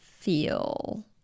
feel